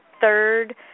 third